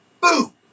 Boom